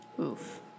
Oof